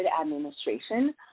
administration